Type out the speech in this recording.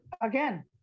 again